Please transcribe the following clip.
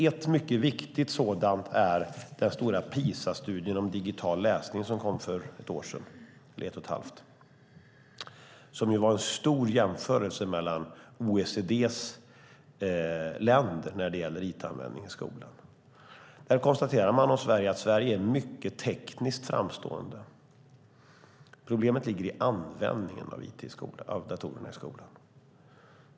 Ett mycket viktigt sådant är den stora PISA-studien om digital läsning som kom för ett och ett halvt år sedan och som var en stor jämförelse mellan OECD-länderna när det gäller it-användning i skolan. Där konstaterade man om Sverige att Sverige är mycket tekniskt framstående. Problemet ligger i användningen av it och datorer i skolan.